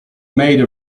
made